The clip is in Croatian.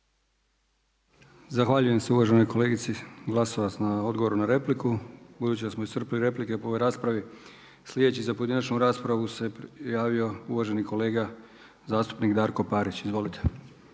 Zahvaljujem se uvaženoj Glasovac na odgovoru na repliku. Budući da smo iscrpili replike po ovoj raspravi sljedeći za pojedinačnu raspravu se javio uvaženi kolega zastupnik Darko Parić. Izvolite.